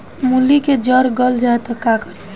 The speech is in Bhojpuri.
मूली के जर गल जाए त का करी?